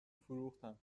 فروختم